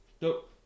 Nope